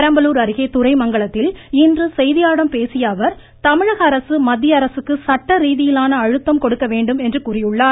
பெரம்பலூர் அருகே துறைமங்களத்தில் இன்று செய்தியாளர்களிடம் பேசிய அவர் தமிழக அரசு மத்திய அரசிற்கு சட்ட ரீதியிலான அழுத்தம் கொடுக்க வேண்டும் என்று கூறியுள்ளார்